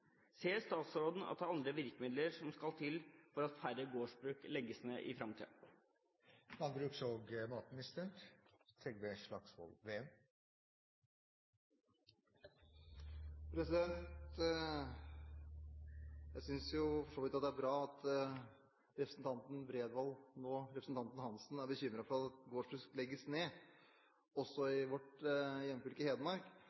til for at færre gårdsbruk legges ned?» Jeg synes for så vidt det er bra at representanten Bredvold, og nå representanten Hanssen, er bekymret for at gårdsbruk legges ned, også i vårt hjemfylke Hedmark.